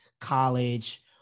college